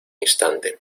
instante